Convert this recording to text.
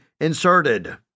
inserted